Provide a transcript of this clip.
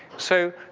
so,